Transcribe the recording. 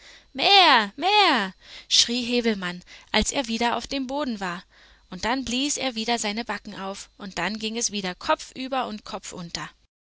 mehr mehr schrie häwelmann als er wieder auf dem boden war und dann blies er wieder seine backen auf und dann ging es wieder kopfüber und